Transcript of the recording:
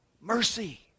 mercy